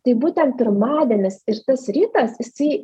tai būtent pirmadienis ir tas rytas jisai